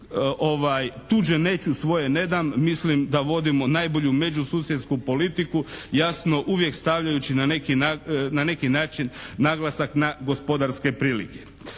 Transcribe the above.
"Tuđe neću, svoje nedam." mislim da vodimo najbolju međususjedsku politiku jasno uvijek stavljajući na neki način naglasak na gospodarske prilike.